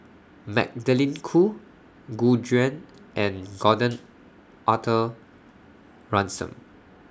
Magdalene Khoo Gu Juan and Gordon Arthur Ransome